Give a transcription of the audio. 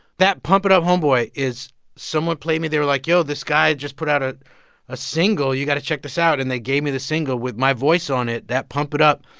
that pump it up, homeboy, is someone played me they were like, yo, this guy just put out a ah single. you got to check this out. and they gave me the single with my voice on it, that pump it up.